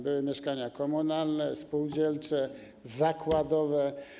Były mieszkania komunalne, spółdzielcze, zakładowe.